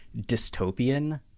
dystopian